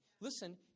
listen